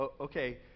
okay